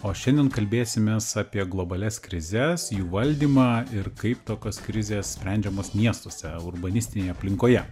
o šiandien kalbėsimės apie globalias krizes jų valdymą ir kaip tokios krizės sprendžiamos miestuose urbanistinėje aplinkoje